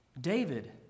David